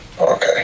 Okay